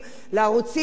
לערוצים הממלכתיים,